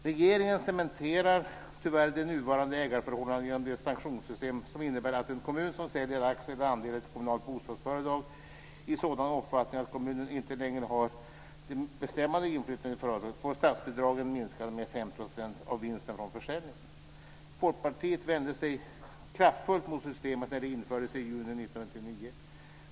Regeringen cementerar tyvärr de nuvarande ägarförhållandena genom det sanktionssystem som innebär att en kommun som säljer aktier eller andelar i ett kommunalt bostadsföretag i sådan omfattning att kommunen inte längre har det bestämmande inflytandet i företaget får statsbidragen minskade med 50 % av vinsten från försäljningen. Folkpartiet vände sig kraftfullt mot systemet när det infördes i juni 1999.